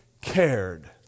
cared